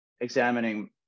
examining